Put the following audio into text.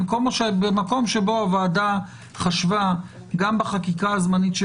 במקום שבו הוועדה חשבה גם בחקיקה הזמנית של